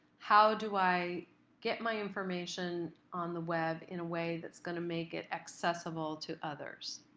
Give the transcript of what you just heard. how do i get my information on the web in a way that's going to make it accessible to others.